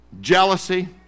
jealousy